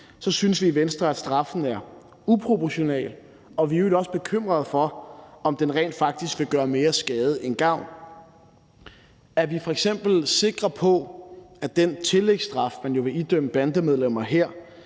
synes vi i Venstre, at straffen er uproportional, og vi er i øvrigt også bekymret for, om den rent faktisk vil gøre mere skade end gavn. Er vi f.eks. sikre på, at den tillægsstraf, man jo vil idømme bandemedlemmer her,